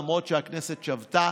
למרות שהכנסת שבתה,